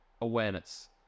awareness